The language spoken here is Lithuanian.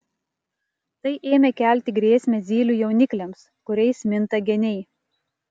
tai ėmė kelti grėsmę zylių jaunikliams kuriais minta geniai